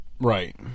Right